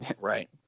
Right